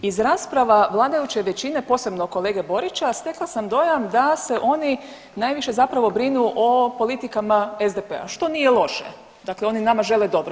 Iz rasprava vladajuće većine, posebno kolege Borića, stekla sam dojam da se oni najviše zapravo brinu o politikama SDP-a, što nije loše, dakle oni nama žele dobro.